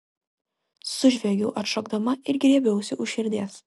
sužviegiau atšokdama ir griebiausi už širdies